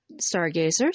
stargazers